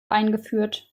eingeführt